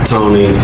Tony